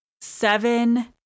seven